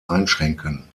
einschränken